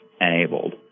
enabled